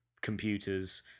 computers